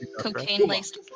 cocaine-laced